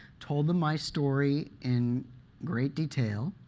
told them my story in great detail,